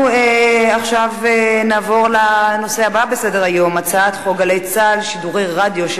אנחנו נעבור לנושא הבא בסדר-היום: הצעת חוק "גלי צה"ל" שידורי רדיו של